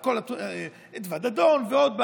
אדווה דדון ועוד,